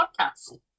Podcast